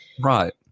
Right